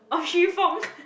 orh Xu-Fong